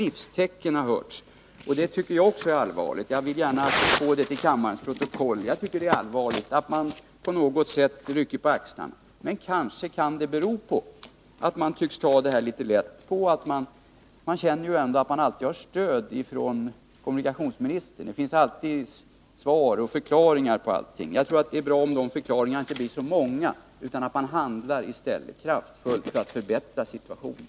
Nej, det har inte märkts ett livstecken. Jag vill få med i kammarens protokoll att jag tycker att det är allvarligt att man på något sätt rycker på axlarna. Kanske kan detta bero på att vederbörande alltid känner att de har stöd från kommunikationsministerns sida. Det finns alltid svar och förklaringar på allting. Jag tror att det är bra om förklaringarna inte blir så många, utan att man i stället handlar kraftfullt för att förbättra situationen.